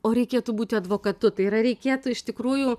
o reikėtų būti advokatu tai yra reikėtų iš tikrųjų